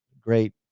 great